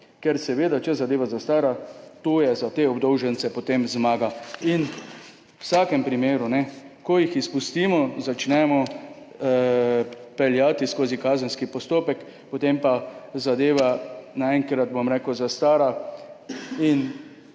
Ker seveda, če zadeva zastara, je to za te obdolžence potem zmaga. V vsakem primeru, ko jih izpustimo, začnemo peljati skozi kazenski postopek, potem pa zadeva naenkrat, bom rekel, zastara in